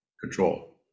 control